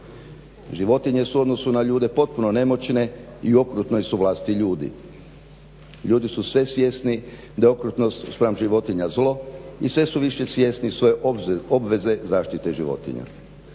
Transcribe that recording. Životinje su u odnosu na ljude potpuno nemoćne i u okrutnoj su vlasti ljudi. Ljudi su sve svjesni da okrutnost spram životinja zlo i sve su više svjesni svoje obveze zaštite životinja.